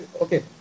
okay